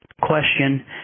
question